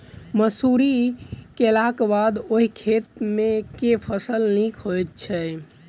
मसूरी केलाक बाद ओई खेत मे केँ फसल नीक होइत छै?